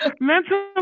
Mental